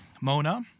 Mona